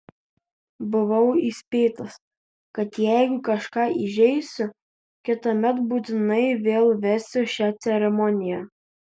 buvau įspėtas kad jeigu kažką įžeisiu kitąmet būtinai vėl vesiu šią ceremoniją